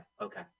Okay